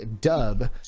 dub